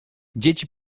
dzieci